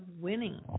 winning